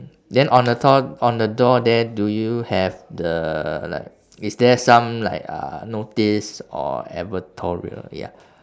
then on the door on the door there do you have the like is there some like uh notice or advertorial ya